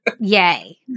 Yay